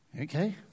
Okay